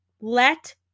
let